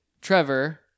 Trevor